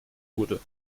wurde